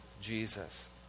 Jesus